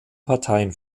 parteien